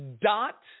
dot